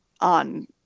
on